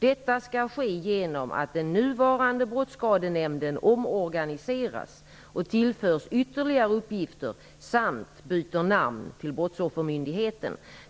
Detta skall ske genom att den nuvarande Brottsskadenämnden omorganiseras och tillförs ytterligare uppgifter samt byter namn till Brottsoffermyndigheten.